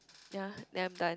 ya then I'm done